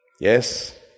Yes